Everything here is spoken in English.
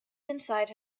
inside